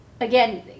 Again